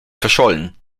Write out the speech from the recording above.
verschollen